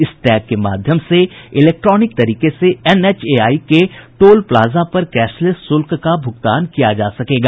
इस टैग के माध्यम से इलेक्ट्रॉनिक तरीके से एनएचएआई के टोल प्लाजा पर कैशलेस शुल्क का भुगतान किया जाता है